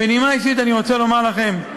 בנימה אישית אני רוצה לומר לכם,